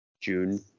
June